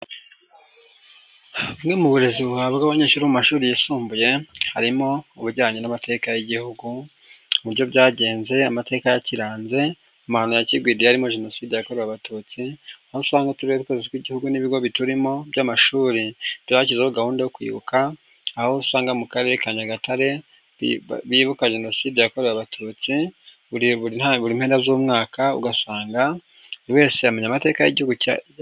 Bumwe mu burezi buhabwa abanyeshuri mu mashuri yisumbuye, harimo ubujyanye n'amateka y'igihugu mu buryo byagenze, amateka yakiranze, amahano ya kigwidi harimo jenoside yakorewe abatutsi aho usanga uturere two tw'igihugu n'ibigo biturimo by'amashuri byashyizeho gahunda yo kwibuka aho usanga mu karere ka nyagatare bibuka jenoside yakorewe abatutsi ubure nta buri mpera z'umwaka ugasanga buri wese yamenye amateka y'igihugu cyaya.